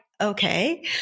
okay